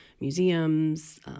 museums